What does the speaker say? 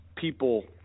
people